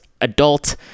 adult